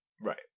right